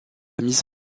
mise